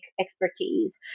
expertise